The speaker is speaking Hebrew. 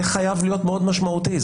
זה חייב להיות מאוד משמעותי.